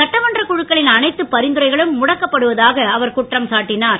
சட்டமன்ற குழுக்களின் அனைத்து பரிந்துரைகளும் முடக்கப்படுவதாக அவர் குற்றம் சாட்டினார்